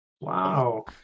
Wow